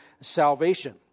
salvation